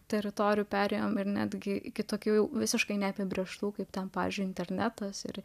teritorijų perėjom ir netgi kitokių visiškai neapibrėžtų kaip ten pavyzdžiui internetas ir